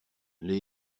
les